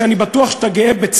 שאני בטוח שאתה גאה בו,